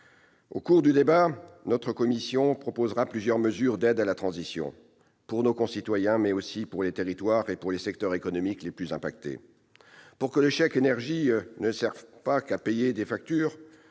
Au cours du débat, notre commission proposera plusieurs mesures d'aide à la transition, pour nos concitoyens, mais aussi pour les territoires et pour les secteurs économiques les plus impactés. Pour que le chèque énergie ne serve pas qu'à payer des factures,